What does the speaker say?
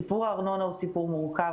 סיפור הארנונה הוא סיפור מורכב,